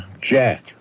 Jack